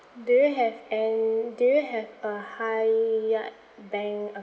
do you have and do you have a high yield bank